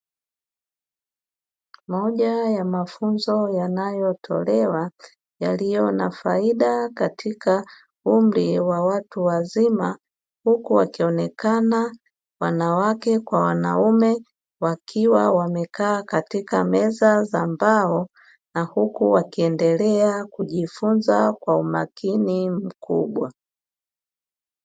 Moja ya mafunzo yanayotolewa yaliyo na faida katika umri wa watu wazima, huku wakionekana wanawake kwa wanaume wakiwa wamekaa katika meza za mbao na huku wakiendelea kujifunza kwa umakini mkubwa.